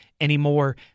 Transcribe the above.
anymore